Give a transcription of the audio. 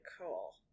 cool